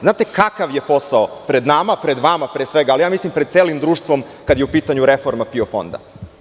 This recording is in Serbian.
Znate kakav je posao pred nama, pred vama pre svega, ali ja mislim pred celim društvom, kada je u pitanju reforma PIO fonda.